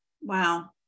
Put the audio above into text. wow